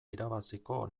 irabaziko